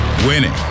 Winning